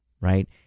right